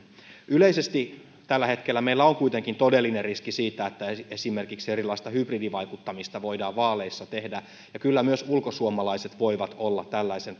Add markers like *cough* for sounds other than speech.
yleisesti tällä hetkellä meillä on kuitenkin todellinen riski siitä että esimerkiksi erilaista hybridivaikuttamista voidaan vaaleissa tehdä ja kyllä myös ulkosuomalaiset voivat olla tällaisen *unintelligible*